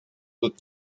тут